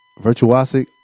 virtuosic